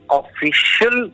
official